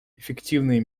эффективные